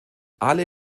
alle